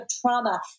trauma